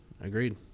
Agreed